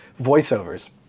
voiceovers